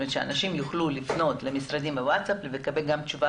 כלומר גם לפנות בוואטסאפ וגם לקבל תשובה